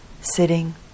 sitting